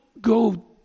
go